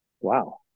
Wow